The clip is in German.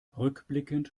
rückblickend